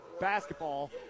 basketball